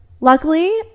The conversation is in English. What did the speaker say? luckily